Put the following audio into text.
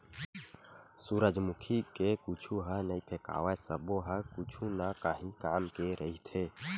सूरजमुखी के कुछु ह नइ फेकावय सब्बो ह कुछु न काही काम के रहिथे